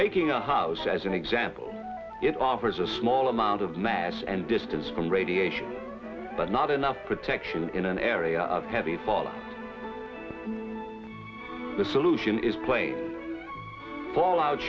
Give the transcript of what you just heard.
taking a house as an example it offers a small amount of mass and distance from radiation but not enough protection in an area of heavy fall the solution is play fallout